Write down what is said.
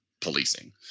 policing